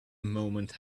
moment